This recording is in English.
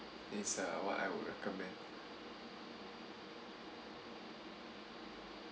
it's uh what I would recommend